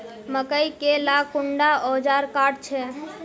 मकई के ला कुंडा ओजार काट छै?